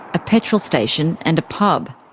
a petrol station and a pub.